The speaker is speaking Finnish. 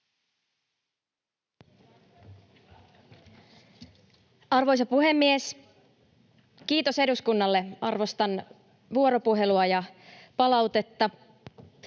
Arvoisa puhemies! Kiitos eduskunnalle. Arvostan vuoropuhelua ja palautetta.